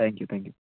thank you thank you